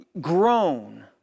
grown